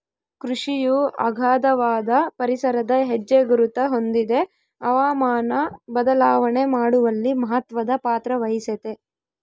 ಕೃಷಿಯು ಅಗಾಧವಾದ ಪರಿಸರದ ಹೆಜ್ಜೆಗುರುತ ಹೊಂದಿದೆ ಹವಾಮಾನ ಬದಲಾವಣೆ ಮಾಡುವಲ್ಲಿ ಮಹತ್ವದ ಪಾತ್ರವಹಿಸೆತೆ